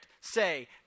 say